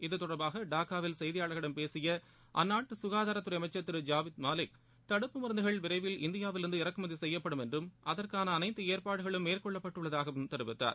இத்தொடர்பாக டாக்காவில் செய்தியாளர்களிடம் பேசிய அந்நாட்டு சுகாதாரத்துறை அமைச்சர் திரு சாஹீத் மாலிக் தடுப்பு மருந்துகள் விரைவில் இந்தியாவில் இருந்து இறக்குமதி செய்யப்படும் என்றும் அதற்கான அனைத்து ஏற்பாடுகளும் மேற்கொள்ளப்பட்டுள்ளதாகவும் தெரிவித்தார்